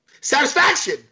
Satisfaction